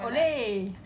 ole